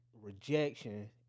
rejection